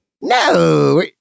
No